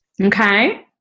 Okay